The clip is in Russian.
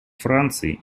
франции